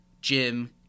Jim